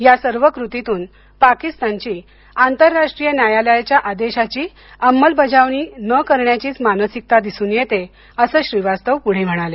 या सर्व कृतींतून पाकिस्तानची आंतरराष्ट्रीय न्यायालयाच्या आदेशाची अंमलबजावणी न करण्याचीच मानसिकता दिसून येते असं श्रीवास्तव पुढे म्हणाले